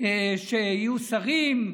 שיהיו שרים,